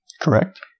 Correct